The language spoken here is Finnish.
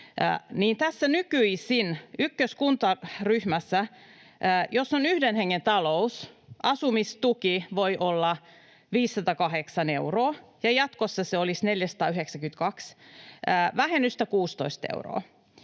Nykyisin tässä ykköskuntaryhmässä, jos on yhden hengen talous, asumistuki voi olla 508 euroa, ja jatkossa se olisi 492, vähennystä 16 euroa.